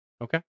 Okay